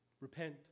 Repent